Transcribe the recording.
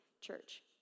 church